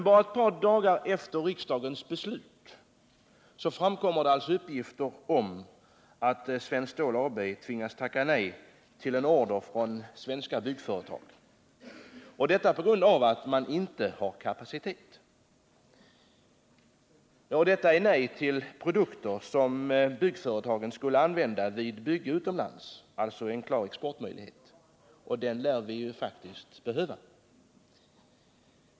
Bara ett par dagar efter riksdagens beslut framkom uppgifter om att Svenskt Stål AB tvingats tacka nej till en order från svenska byggföretag på grund av att man inte har tillräcklig kapacitet. Det var ett nej till produkter som byggföretagen skulle använda vid bygge utomlands — alltså en klar exportmöjlighet. Och det är faktiskt något som vi lär behöva.